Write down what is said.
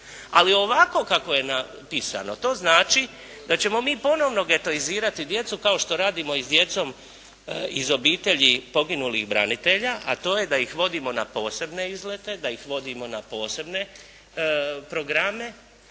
Ali ovako kako je napisano, to znači da ćemo mi ponovno getoizirati djecu, kao što radimo i s djecom iz obitelji poginulih branitelja, a to je da ih vodimo na posebne izlete, da ih vodimo na posebne programe,